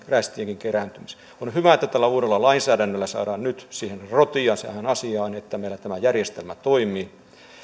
rästien kerääntymiseen on hyvä että tällä uudella lainsäädännöllä saadaan nyt rotia tähän asiaan että meillä tämä järjestelmä toimii